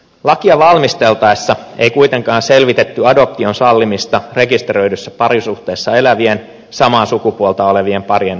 lakia valmisteltaessa ei kuitenkaan selvitetty adoption sallimista rekisteröidyssä parisuhteessa elävien samaa sukupuolta olevien parien osalta